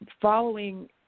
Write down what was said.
following